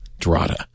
Drata